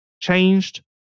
changed